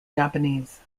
japanese